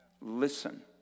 Listen